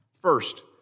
First